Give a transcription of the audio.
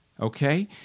okay